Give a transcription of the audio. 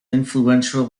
influential